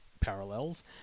parallels